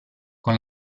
con